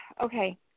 Okay